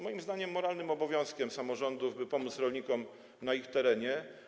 Moim zdaniem jest to moralnym obowiązkiem samorządów, aby pomóc rolnikom na ich terenie.